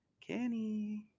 Kenny